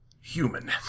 human